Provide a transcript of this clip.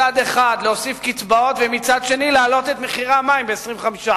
מצד אחד להוסיף קצבאות ומצד שני להעלות את מחירי המים ב-25%.